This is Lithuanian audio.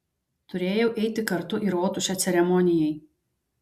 turėjau eiti kartu į rotušę ceremonijai